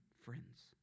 friends